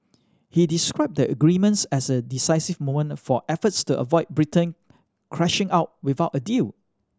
he described the agreements as a decisive moment for efforts to avoid Britain crashing out without a deal